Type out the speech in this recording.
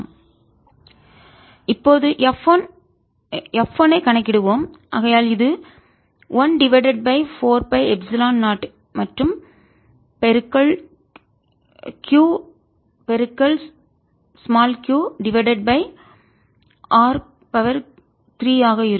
F∝ x FQ214π0Q1Q2r3r12 இப்போது F 1 F 1 ஐக் கணக்கிடுவோம் ஆகையால் இது 1 டிவைடட் பை 4 பை எப்சிலன் 0 மற்றும் பெருக்கல் Q q divided by over r3ஆக இருக்கும்